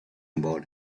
about